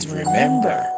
remember